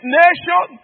nation